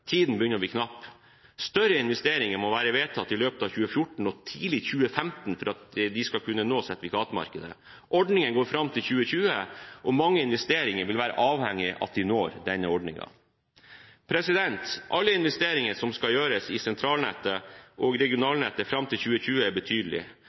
Tiden begynner å bli knapp. Større investeringer må være vedtatt i løpet av 2014 og tidlig 2015 for at de skal kunne nå sertifikatmarkedet. Ordningen går fram til 2020, og mange investeringer vil være avhengig av at de når denne ordningen. Alle investeringer som skal gjøres i sentralnettet og